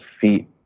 feet